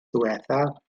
ddiwethaf